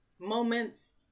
moments